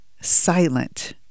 silent